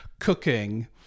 cooking